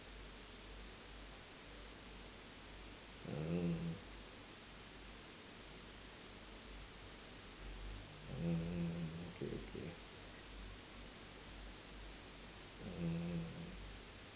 mm mm okay okay mm